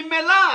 ממילא,